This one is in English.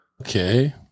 Okay